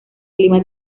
clima